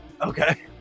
Okay